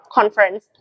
Conference